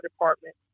department